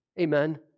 Amen